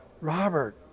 Robert